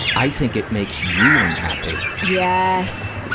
i think it makes you unhappy? yesss!